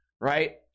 right